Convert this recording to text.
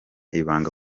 ibanga